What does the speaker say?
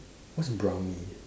what's brownie